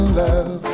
love